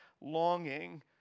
longing